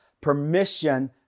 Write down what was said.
permission